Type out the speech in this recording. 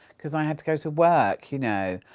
because i had to go to work, you know,